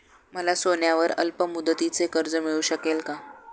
मला सोन्यावर अल्पमुदतीचे कर्ज मिळू शकेल का?